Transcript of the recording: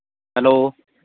hello